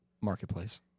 Marketplace